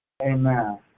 Amen